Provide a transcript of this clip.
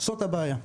זאת הבעיה.